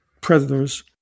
predators